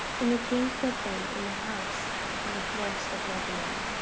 and the king put them in the house of the forest of lebanon.